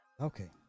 Okay